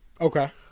Okay